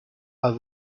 are